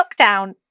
lockdown